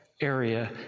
area